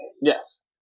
Yes